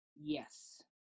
yes